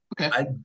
Okay